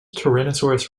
tyrannosaurus